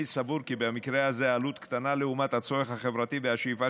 אני סבור כי במקרה הזה העלות קטנה לעומת הצורך החברתי והשאיפה